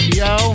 yo